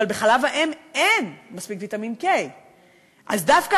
אבל בחלב אם אין מספיק ויטמין K. אז דווקא